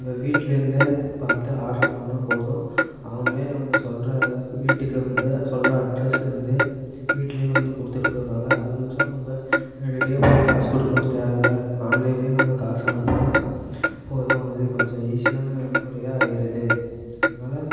நம்ம வீட்லேருந்தே பார்த்து ஆட்ரு பண்ணால் போதும் அவங்களே நம்ம சொல்கிற வீட்டுக்கு வந்து சொல்கிற அட்ரெஸ்க்கு வந்து வீட்டில் வந்து கொடுத்துட்டு போயிடுவாங்க அதுமிச்சம் நம்ம நேரடியாக போய் காசு கொடுக்கவும் தேவை இல்லை ஆன்லைனில் நம்ம காசு அனுப்பின்னா போதும் அது கொஞ்சம் ஈஸியான முறையாக ஆகிருது அதனால்